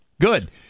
Good